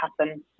happen